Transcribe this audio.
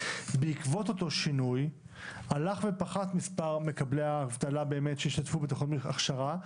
בעקבות אותו שינוי הלך ופחת מספר מקבלי האבטלה שהשתתפו בתוכניות הכשרה.